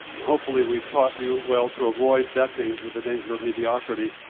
and hopefully we've taught you well to avoid that danger, the danger of mediocrity,